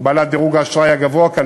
בעלות דירוג האשראי הגבוה כאן,